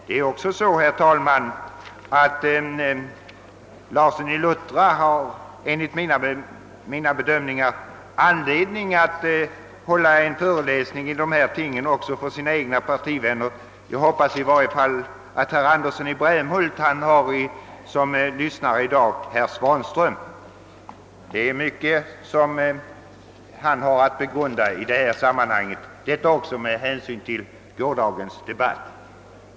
Herr Larsson i Luttra har enligt mina bedömningar, herr talman, anledning att hålla en föreläsning i dessa ting också för sina egna partivänner. Jag hoppas i varje fall att herr Andersson i Brämhult i dag har herr Svanström till åhörare, ty denne har mycket att begrunda i detta sammanhang. Detta också med hänsyn till gårdagens debatt.